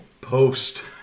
Post